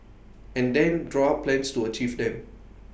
and then draw up plans to achieve them